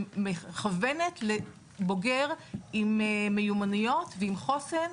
שמכוונת לבוגר עם מיומנויות וגם חוסן,